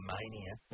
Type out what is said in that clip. Mania